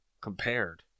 compared